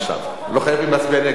לא חייבים להצביע נגד.